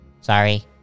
Sorry